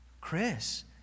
Chris